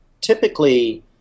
typically